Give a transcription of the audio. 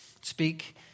speak